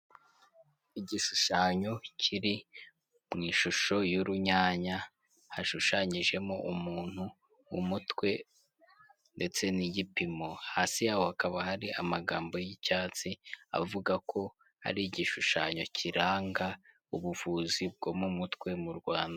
Igishushanyo kiri mu ishusho y'urunyanya, hashushanyijemo umuntu, umutwe ndetse n'igipimo, hasi yaho hakaba hari amagambo y'icyatsi, avuga ko ari igishushanyo kiranga ubuvuzi bwo mu mutwe mu Rwanda.